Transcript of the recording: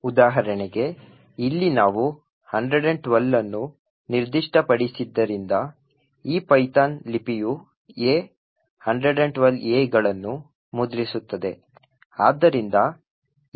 ಉದಾಹರಣೆಗೆ ಇಲ್ಲಿ ನಾವು 112 ಅನ್ನು ನಿರ್ದಿಷ್ಟಪಡಿಸಿದ್ದರಿಂದ ಈ ಪೈಥಾನ್ ಲಿಪಿಯು A 112 A ಗಳನ್ನು ಮುದ್ರಿಸುತ್ತದೆ